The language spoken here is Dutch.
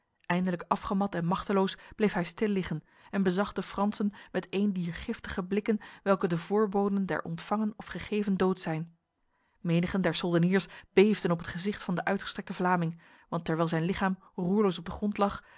eindelijk afgemat en machteloos bleef hij stil liggen en bezag de fransen met een dier giftige blikken welke de voorboden der ontvangen of gegeven dood zijn menigen der soldeniers beefden op het gezicht van de uitgestrekte vlaming want terwijl zijn lichaam roerloos op de grond lag